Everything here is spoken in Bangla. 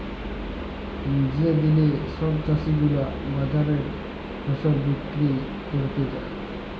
যে দিলে সব চাষী গুলা বাজারে ফসল বিক্রি ক্যরতে যায়